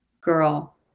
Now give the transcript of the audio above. Girl